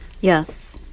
Yes